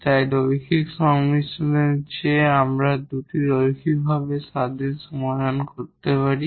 এই লিনিয়ার সংমিশ্রণের চেয়ে আমাদের দুটি লিনিয়ারভাবে ইন্ডিপেন্ডেন্ট সমাধান করতে পারি